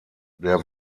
der